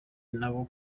nabo